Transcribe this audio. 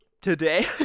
Today